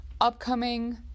upcoming